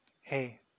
Hey